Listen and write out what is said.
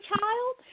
child